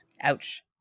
Ouch